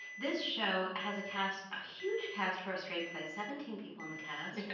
this show has a cast, a huge cast for a straight play. seventeen people in the cast,